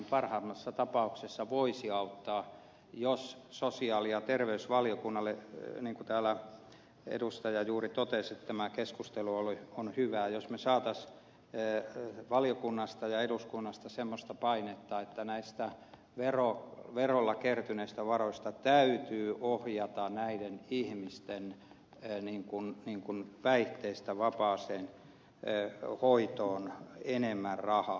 parhaimmassa tapauksessa se voisi auttaa jos me saisimme sosiaali ja terveysvaliokunnasta niin kuin täällä edustaja juuri totesi että tämä keskustelu on hyvä jos me saatais eero valiokunnasta ja eduskunnasta semmoista painetta että näistä verolla kertyneistä varoista täytyy ohjata näiden ihmisten päihteistä vapaaseen hoitoon enemmän rahaa